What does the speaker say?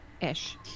Ish